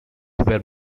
were